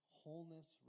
wholeness